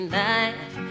life